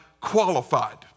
qualified